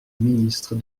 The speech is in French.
ministre